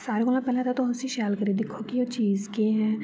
सारें कोला पैह्लै तुस उसी शैल करियै दिक्खो के ओह् चीज केह् ऐ